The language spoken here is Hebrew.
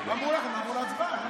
אמרו לכם לעבור להצבעה.